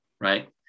right